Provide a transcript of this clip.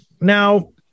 now